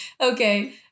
Okay